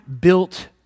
built